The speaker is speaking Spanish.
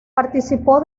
participó